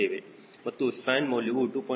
ಮತ್ತು ಸ್ಪ್ಯಾನ್ ಮೌಲ್ಯವು 2